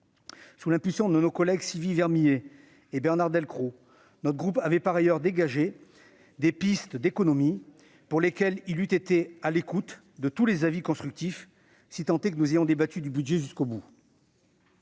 Sous l'impulsion de nos collègues Sylvie Vermeillet et Bernard Delcros, notre groupe avait par ailleurs dégagé des pistes d'économies, sur lesquelles il eût été à l'écoute de tous les avis constructifs si nous avions débattu du budget jusqu'au bout.